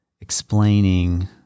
explaining